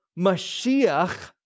Mashiach